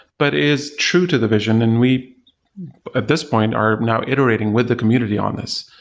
but is true to the vision. and we at this point, are now iterating with the community on this.